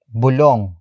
bulong